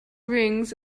rings